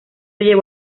llevó